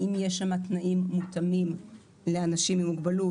האם יהיו שם תנאים מותאמים לאנשים עם מוגבלות?